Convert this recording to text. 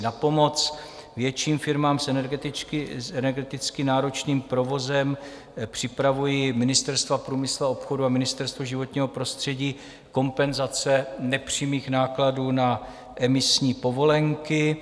Na pomoc větším firmám s energeticky náročným provozem připravuje Ministerstvo průmyslu a obchodu a Ministerstvo životního prostředí kompenzace nepřímých nákladů na emisní povolenky.